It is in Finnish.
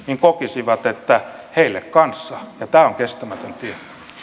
kokisivat että heille kanssa ja tämä on kestämätön tie